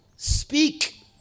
Speak